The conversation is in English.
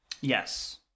Yes